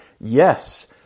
Yes